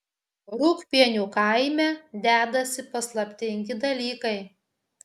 rūgpienių kaime dedasi paslaptingi dalykai